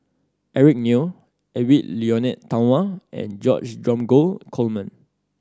Eric Neo Edwy Lyonet Talma and George Dromgold Coleman